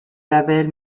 label